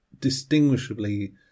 distinguishably